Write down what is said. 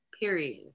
Period